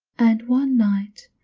and one night,